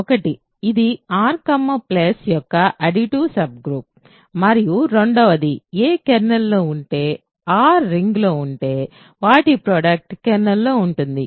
ఒకటి ఇది R యొక్క అడిటివ్ సబ్ గ్రూప్ మరియు రెండవది a కెర్నల్లో ఉంటే r రింగ్లో ఉంటే వాటి ప్రోడక్ట్ కెర్నల్లో ఉంటుంది